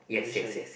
let me show you